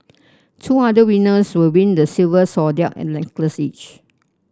two other winners will win the silver zodiac necklace each